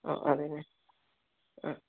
ആ അതെയല്ലേ